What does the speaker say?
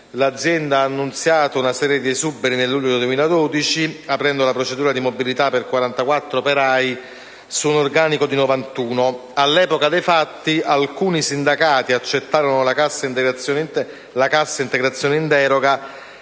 L'azienda ha annunciato una serie esuberi nel luglio 2012, aprendo la procedura di mobilità per 44 operai su un organico di 91. All'epoca dei fatti, alcuni sindacati accettarono la cassa integrazione in deroga,